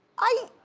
i,